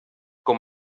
com